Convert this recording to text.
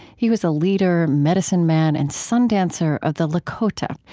he was a leader, medicine man, and sun dancer of the lakota,